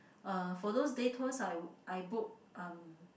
uh for those day tours I would I book um